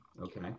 Okay